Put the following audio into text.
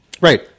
Right